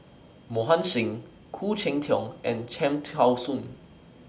Mohan Singh Khoo Cheng Tiong and Cham Tao Soon